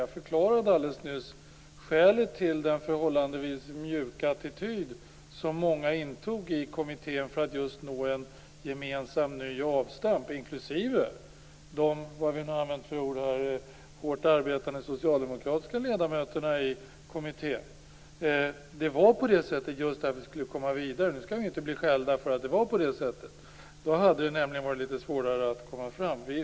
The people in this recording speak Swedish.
Jag förklarade alldeles nyss skälet till den förhållandevis mjuka attityd som många i kommittén intog för att nå ett gemensamt nytt avstamp, inklusive de, som de kallades, hårt arbetande socialdemokratiska ledamöterna i kommittén. Detta var just därför att vi skulle komma vidare. Nu skall vi inte bli skällda för att det var på det sättet. I annat fall hade det nämligen varit litet svårare att komma fram.